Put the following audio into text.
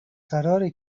قراره